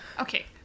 Okay